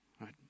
Right